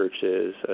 churches